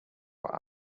what